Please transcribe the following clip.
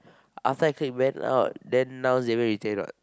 after I take Ben out then now Xavier retain what